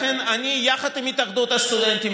לכן אני יחד עם התאחדות הסטודנטים,